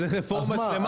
זאת רפורמה שלמה.